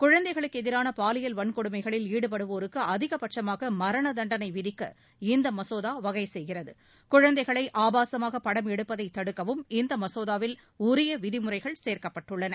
குழந்தைகளுக்கு எதிரான பாலியல் வன்கொடுமைகளில் ஈடுபடுவோருக்கு அதிகபட்சமாக மரண தண்டனை விதிக்க இந்த மசோதா வகை செய்கிறது குழந்தைகளை ஆபாசமாக படம் எடுப்பதை தடுக்கவும் இந்த மசோதாவில் உரிய விதிமுறைகள் சேர்க்கப்பட்டுள்ளன